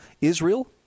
Israel